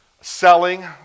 selling